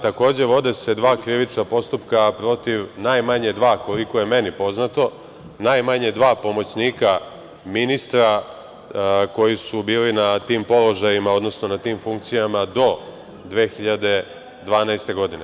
Takođe, vode se dva krivična postupka koliko je meni poznato, protiv najmanje dva pomoćnika ministra koji su bili na tim položajima, odnosno na tim funkcijama do 2012. godine.